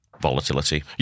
volatility